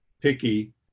picky